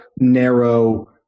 narrow